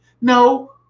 No